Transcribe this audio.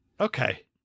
Okay